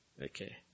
Okay